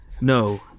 No